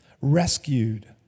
rescued